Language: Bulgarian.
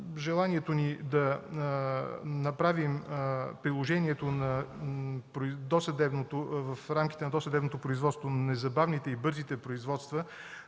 Желанието ни да направим приложението в рамките на досъдебното производство, незабавните и бързите производства